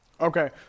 Okay